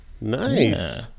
Nice